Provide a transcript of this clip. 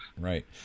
right